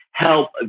help